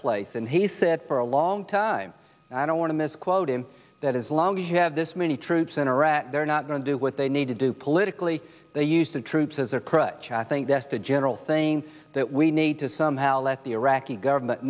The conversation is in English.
place and he said for a long time i don't want to misquote and that is long we have this many troops in iraq they're not going to do what they need to do politically they use the troops as a crutch i think that's the general thing that we need to somehow let the iraqi government